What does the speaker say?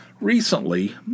Recently